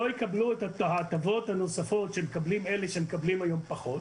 לא יקבלו את ההטבות הנוספות שמקבלים אלה שמקבלים היום פחות.